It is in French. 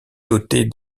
dotée